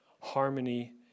harmony